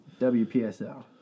WPSL